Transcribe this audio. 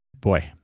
boy